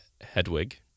Hedwig